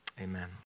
amen